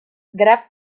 graf